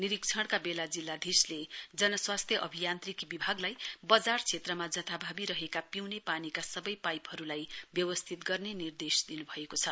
निरीक्षणका बेला जिल्लाधीशले जन स्वास्थ्य अभियान्त्रिकी विभागलाई बजार क्षेत्रमा जथाभावी रहेका पिउने पानीका सबै पाइपहरूलाई व्यवस्थित गर्ने निर्देश दिन्भएको छ